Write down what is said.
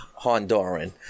Honduran